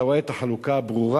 אתה רואה את החלוקה הברורה.